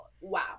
wow